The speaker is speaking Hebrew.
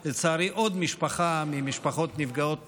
של עוד משפחה מהמשפחות נפגעות הטרור.